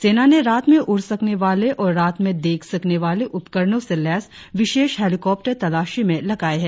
सेना ने रात में उड़ सकने वाले और रात में देख सकने वाले उपकरणों से लैस विशेष हेलीकॉप्टर तलाशी में लगाए है